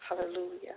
Hallelujah